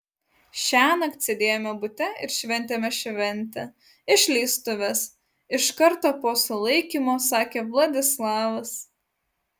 šiąnakt sėdėjome bute ir šventėme šventę išleistuves iš karto po sulaikymo sakė vladislavas